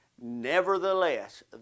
Nevertheless